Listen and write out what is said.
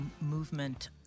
movement